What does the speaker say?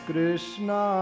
Krishna